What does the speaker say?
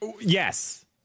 yes